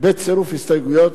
בצירוף הסתייגויות.